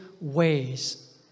ways